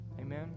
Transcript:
Amen